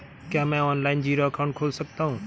क्या मैं online zero account खोल सकता हूँ?